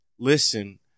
listen